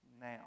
now